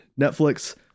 netflix